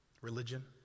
religion